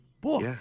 Book